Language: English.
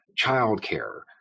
childcare